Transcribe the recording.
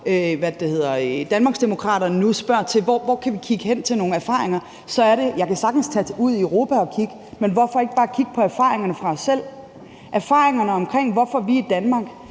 Danmarksdemokraternes side spørger til, hvor vi kan kigge hen til nogle erfaringer, så kan jeg sagtens tage ud i Europa og kigge, men hvorfor ikke bare kigge på erfaringerne fra os selv? De viser, at grunden til, at vi i Danmark